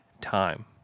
time